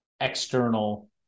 external